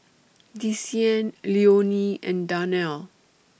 Desean Leonie and Darnell